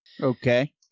okay